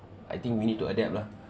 I think we need to adapt lah